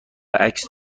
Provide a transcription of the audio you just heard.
عکس